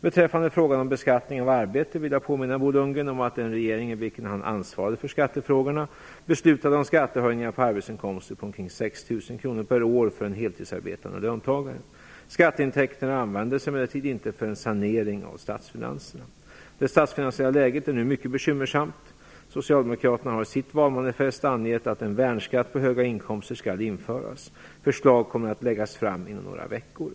Beträffande frågan om beskattningen av arbete vill jag påminna Bo Lundgren om att den regering i vilken han ansvarade för skattefrågorna beslutade om skattehöjningar på arbetsinkomster på omkring 6 000 Skatteintäkterna användes emellertid inte för en sanering av statsfinanserna. Det statsfinansiella läget är nu mycket bekymmersamt. Socialdemokraterna har i sitt valmanifest angett att en värnskatt på höga inkomster skall införas. Förslag kommer att läggas fram inom några veckor.